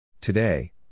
Today